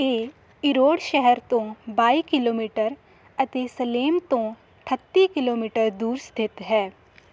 ਇਹ ਇਰੋਡ ਸ਼ਹਿਰ ਤੋਂ ਬਾਈ ਕਿਲੋਮੀਟਰ ਅਤੇ ਸਲੇਮ ਤੋਂ ਠੱਤੀ ਕਿਲੋਮੀਟਰ ਦੂਰ ਸਥਿਤ ਹੈ